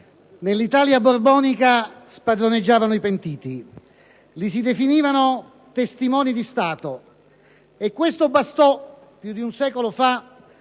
nell'Italia borbonica spadroneggiavano i pentiti: li si definivano testimoni di Stato e questo bastò più di un secolo fa